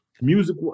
music